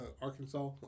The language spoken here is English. Arkansas